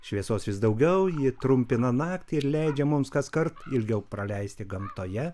šviesos vis daugiau ji trumpina naktį ir leidžia mums kaskart ilgiau praleisti gamtoje